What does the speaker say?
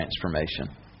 transformation